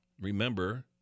Remember